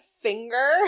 finger